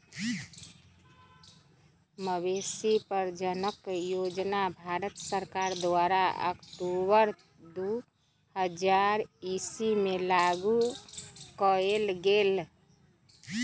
मवेशी प्रजजन योजना भारत सरकार द्वारा अक्टूबर दू हज़ार ईश्वी में लागू कएल गेल